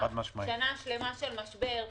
שנה שלמה של משבר,